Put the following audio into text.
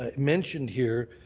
ah mentioned here,